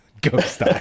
ghost